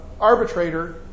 arbitrator